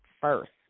first